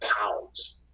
pounds